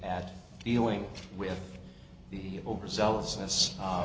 at dealing with the overzealous